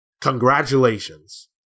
Congratulations